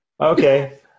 Okay